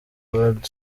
ward